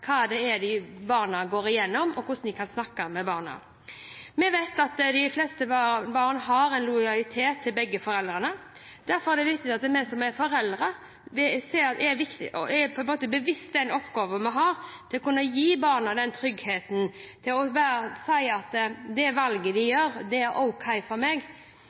hva det er barna går igjennom, og om hvordan de kan snakke med barna. Vi vet at de fleste barn har en lojalitet til begge foreldrene. Derfor er det viktig at vi som er foreldre, er bevisste på den oppgaven vi har med å gi barna den tryggheten, til å si at det valget de gjør, er ok for meg. Det er